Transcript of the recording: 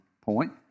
point